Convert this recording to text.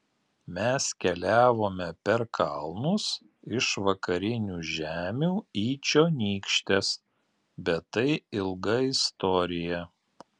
mes keliavome per kalnus iš vakarinių žemių į čionykštes bet tai ilga istorija